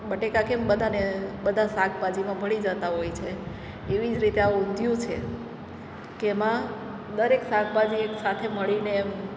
બટેકા કેમ બધાને બધાં શાકભાજીમાં ભળી જતાં હોય છે એવી જ રીતે આ ઊંધિયુ છે કે એમાં દરેક શાકભાજી એકસાથે મળીને એમ